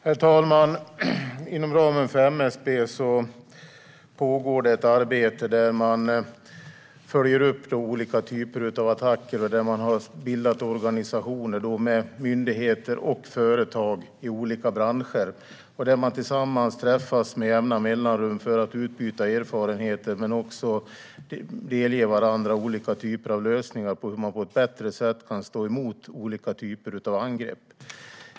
Herr talman! Inom ramen för MSB pågår ett arbete där man följer upp olika typer av attacker och där man har bildat organisationer med myndigheter och företag i olika branscher. Man träffas där tillsammans med jämna mellanrum för att utbyta erfarenheter men också för att delge varandra olika typer av lösningar på hur man på ett bättre sätt kan stå emot olika typer av angrepp.